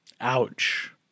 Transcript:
Ouch